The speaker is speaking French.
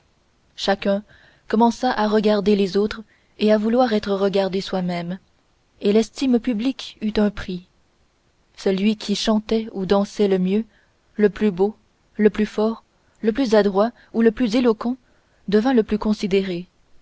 chacun commença à regarder les autres et à vouloir être regardé soi-même et l'estime publique eut un prix celui qui chantait ou dansait le mieux le plus beau le plus fort le plus adroit ou le plus éloquent devint le plus considéré